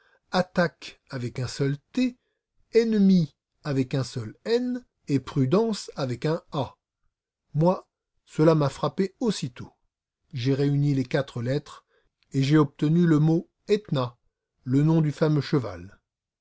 ataque avec un seul t enemies avec un seul n et prudance avec un a moi cela m'a frappé aussitôt j'ai réuni les quatre lettres et j'ai obtenu le mot etna le nom du fameux cheval